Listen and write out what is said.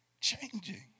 changing